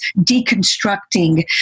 deconstructing